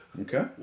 Okay